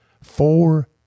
four